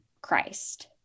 Christ